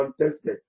contested